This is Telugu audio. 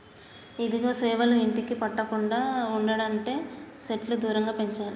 ఇదిగో సేవలు ఇంటికి పట్టకుండా ఉండనంటే సెట్లు దూరంగా పెంచాలి